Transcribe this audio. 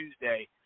Tuesday